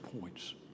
points